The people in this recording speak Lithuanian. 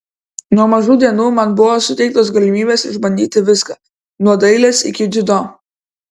nuo mažų dienų man buvo suteiktos galimybės išbandyti viską nuo dailės iki dziudo